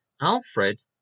Alfred